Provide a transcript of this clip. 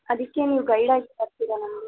ಅದಕ್ಕೆ ನೀವು ಗೈಡ್ ಆಗಿ ಬರ್ತೀರ ಮ್ಯಾಮ್